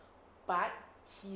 but he